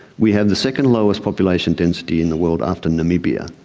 we have the second lowest population density in the world after namibia.